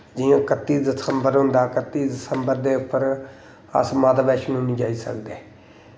जि'यां कत्ती दसम्बर होंदा कत्ती दसम्बर दे उप्पर अस माता बैश्नो नेईं जाई सकदे